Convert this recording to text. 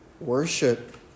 worship